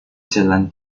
jalan